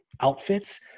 outfits